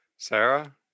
Sarah